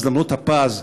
הזדמנות פז,